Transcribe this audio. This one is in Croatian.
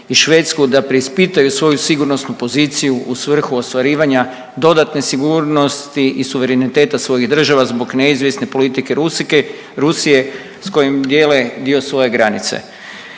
i Švedsku da preispitaju svoju sigurnosnu poziciju u svrhu ostvarivanja dodatne sigurnosti i suvereniteta svojih država zbog neizvjesne politike Rusije s kojim dijele dio svoje granice.